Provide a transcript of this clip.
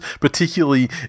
particularly